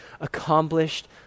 accomplished